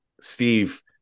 Steve